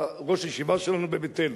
ראש הישיבה שלנו בבית-אל.